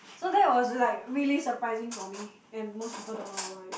so that it was like really surprising for me and most people don't know about it